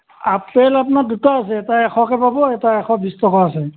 apple আপোনাৰ দুটা আছে এটা এশকৈ পাব এটা এশ বিছ টকা আছে